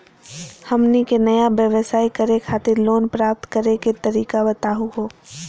हमनी के नया व्यवसाय करै खातिर लोन प्राप्त करै के तरीका बताहु हो?